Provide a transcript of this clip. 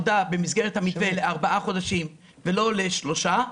לעבודה במסגרת המתווה לארבעה חודשים ולא לשלושה.